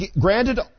granted